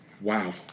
Wow